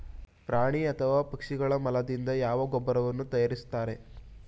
ಪ್ರಾಣಿ ಅಥವಾ ಪಕ್ಷಿಗಳ ಮಲದಿಂದ ಯಾವ ಗೊಬ್ಬರವನ್ನು ತಯಾರಿಸುತ್ತಾರೆ?